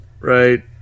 Right